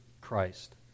Christ